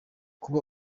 kuba